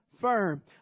firm